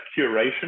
curation